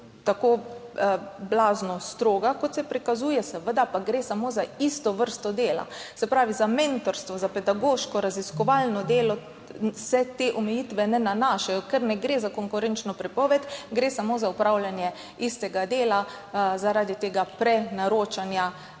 tako blazno stroga, kot se prikazuje, seveda pa gre samo za isto vrsto dela, se pravi na mentorstvo, na pedagoško, raziskovalno delo se te omejitve ne nanašajo, ker ne gre za konkurenčno prepoved. Gre samo za opravljanje istega dela zaradi prenaročanja